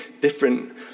different